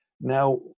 Now